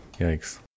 Yikes